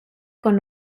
con